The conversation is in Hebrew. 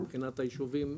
מבחינת הישובים עצמם,